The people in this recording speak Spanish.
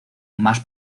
más